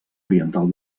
oriental